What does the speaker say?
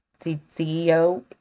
CEO